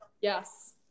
Yes